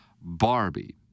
Barbie